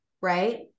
right